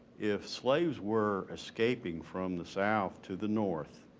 if slaves were escaping from the south to the north.